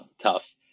tough